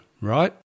right